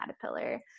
caterpillar